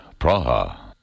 Praha